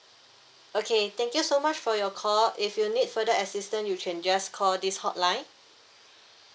okay thank you so much for your call if you need further assistant you can just call this hotline